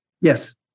Yes